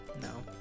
No